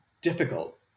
difficult